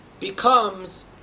becomes